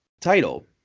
title